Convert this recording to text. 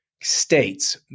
states